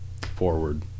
forward